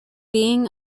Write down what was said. being